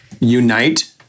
unite